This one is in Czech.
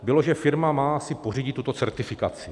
Bylo, že firma má si pořídit tuto certifikaci.